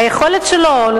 היכולת שלו,